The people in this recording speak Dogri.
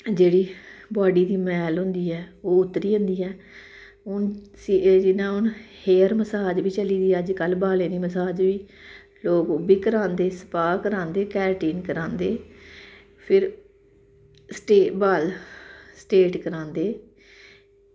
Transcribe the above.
जेह्ड़ी बॉड्डी दी मैल होंदी ऐ ओह् उतरी जंदी ऐ हून जियां एह् हून हेयर मसाज बी चली गेदी अज्जकल बालें दी मसाज बी लोग ओह् बी करांदे स्पा करांदे कैरटीन करांदे फिर स्टेट बाल स्टेट करांदे